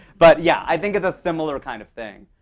but yeah, i think it's a similar kind of thing,